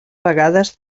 vegades